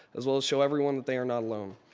as well as show everyone that they are not alone.